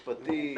היועץ המשפטי,